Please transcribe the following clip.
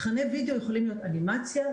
תכני וידאו יכולים להיות אנימציה,